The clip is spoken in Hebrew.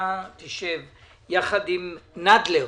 שאתה תשב יחד עם נדלר,